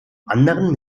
anderen